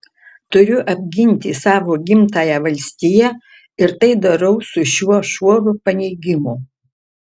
turiu apginti savo gimtąją valstiją ir tai darau su šiuo šuoru paneigimų